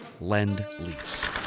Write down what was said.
Lend-Lease